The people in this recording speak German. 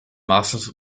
maßlos